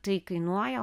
tai kainuoja